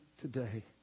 today